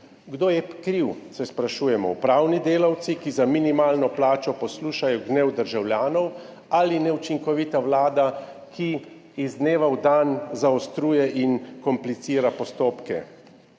Kdo je kriv, se sprašujemo. Upravni delavci, ki za minimalno plačo poslušajo gnev državljanov, ali neučinkovita vlada, ki iz dneva v dan zaostruje in komplicira postopke?